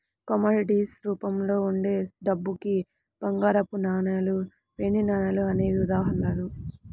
commodities రూపంలో ఉండే డబ్బుకి బంగారపు నాణాలు, వెండి నాణాలు అనేవే ఉదాహరణలు